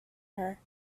her